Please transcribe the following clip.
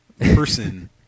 person